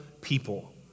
people